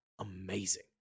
amazing